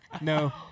No